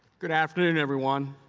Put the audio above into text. good afternoon everyone.